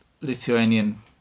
Lithuanian